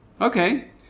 Okay